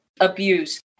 abuse